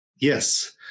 Yes